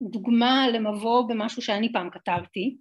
‫דוגמה למבוא במשהו שאני פעם כתבתי.